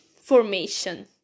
formation